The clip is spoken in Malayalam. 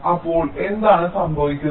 അപ്പോൾ എന്താണ് സംഭവിക്കുന്നത്